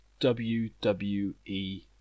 WWE